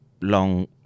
long